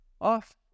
off